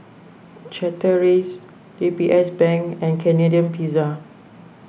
Chateraise D B S Bank and Canadian Pizza